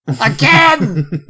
again